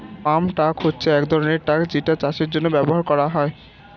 farm truck হচ্ছে এক ধরনের ট্রাক যেটা চাষের জন্য ব্যবহার করা হয়